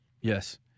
Yes